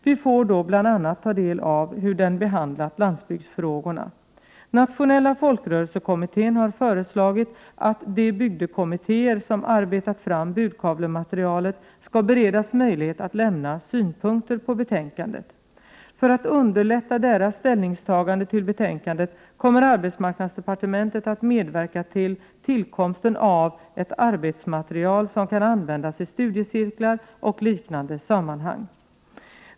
Vi får då bl.a. ta del av hur den behandlat landsbygdsfrågorna. Nationella Folkrörelsekommittén har föreslagit att de bygdekommittéer som arbetat fram budkavlematerialet skall beredas möjlighet att lämna synpunkter på betänkandet. För att underlätta deras ställningstagande till betänkandet kommer arbetsmarknadsdepartementet att medverka till tillkomsten av ett arbetsmaterial som kan användas i studiecirklar och liknande sammanhang.